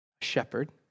shepherd